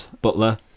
Butler